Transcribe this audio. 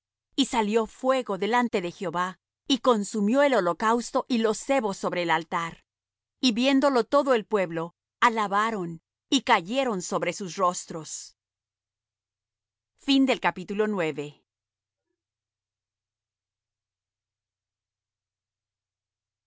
y salió fuego de delante de jehová y consumió el holocausto y los sebos sobre el altar y viéndolo todo el pueblo alabaron y cayeron sobre sus rostros y